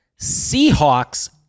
Seahawks